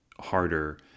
harder